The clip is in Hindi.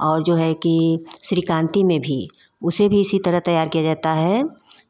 और जो है कि श्रीकांती में भी उसे भी इसी तरह तैयार किया जाता है